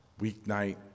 weeknight